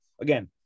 again